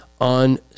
on